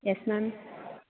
yes ma'am